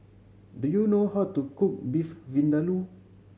do you know how to cook Beef Vindaloo